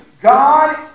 God